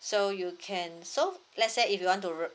so you can so let's say if you want to